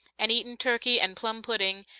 and eaten turkey and plum pudding,